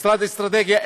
המשרד לאסטרטגיה,